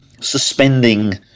suspending